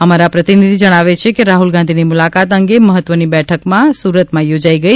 અમારા પ્રતિનિધિ જણાવે છે કે રાહ્લ ગાંધીની મુલાકાત અંગે મહત્વની બેઠક સુરતમાં થોજાઈ ગઈ